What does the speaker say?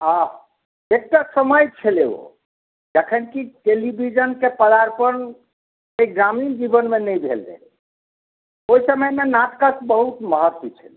हॅं एकटा समय छलै ओ जखन की टेलीविज़न के पदार्पण ग्रामीण जीवन मे नहि भेल रहै ओहि समय मे नाटकक बहुत महत्व छलै